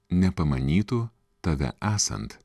nepamanytų tave esant